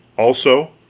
also,